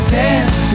dance